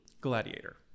Gladiator